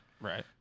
right